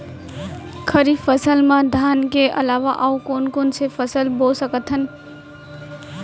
खरीफ फसल मा धान के अलावा अऊ कोन कोन से फसल बो सकत हन?